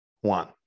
one